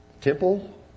Temple